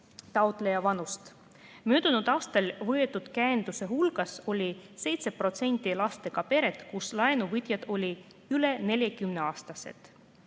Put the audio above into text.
taotleja vanust. Möödunud aastal võetud käenduste hulgas oli 7% lastega pered, kus laenuvõtjad olid üle 40-aastased. Praegu